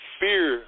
fear